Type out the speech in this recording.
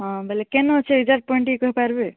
ହଁ ବେଲେ କେନ୍ ଅଛେ ଏଗ୍ଜାଟ୍ ପଏଣ୍ଟ୍ ଟିକେ କହିପାରବେ